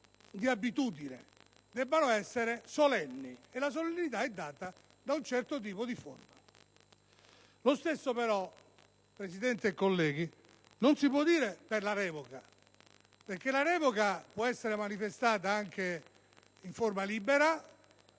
di abitudine, debbano essere solenni: e la solennità è data da un certo tipo di forma. Lo stesso però, Presidente e colleghi, non si può dire per la revoca, perché essa può essere manifestata anche in forma libera,